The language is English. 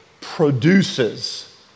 produces